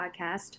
podcast